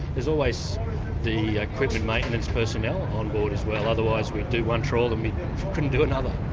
there's always the equipment maintenance personnel on board as well, otherwise we'd do one trawl and we couldn't do another.